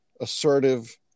assertive